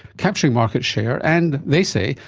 capturing market share and, they say,